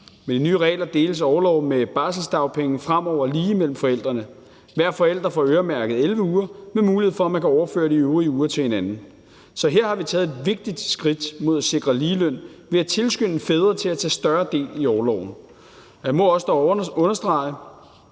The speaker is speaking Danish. Med de nye regler deles orloven med barselsdagpenge fremover lige mellem forældrene. Hver forælder får øremærket 11 uger, hvor de har mulighed for at få overført de øvrige uger til hinanden. Så her har vi taget et vigtigt skridt mod at sikre ligeløn ved at tilskynde fædre til at tage en større del af orloven. Jeg må dog også understrege,